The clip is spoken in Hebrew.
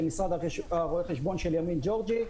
של משרד רואי חשבון ימין ג'ורג'י.